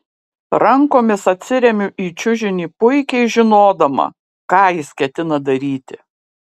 rankomis atsiremiu į čiužinį puikiai žinodama ką jis ketina daryti